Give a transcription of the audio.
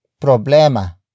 Problema